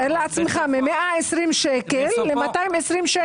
מ-120 שקל לקרטון